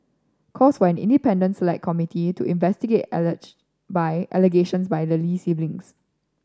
calls for an independent Select Committee to investigate by allegations by the Lee siblings